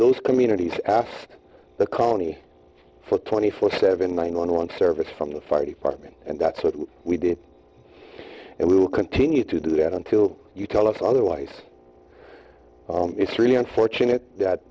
those communities af the county for twenty four seven one on one service from the fire department and that's what we did and we will continue to do that until you tell us otherwise it's really unfortunate